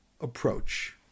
approach